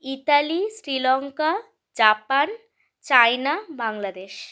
Italy Sri Lanka Japan China Bangladesh